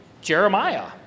Jeremiah